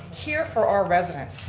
here for our residents.